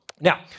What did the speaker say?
Now